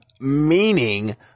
Meaning